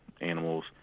animals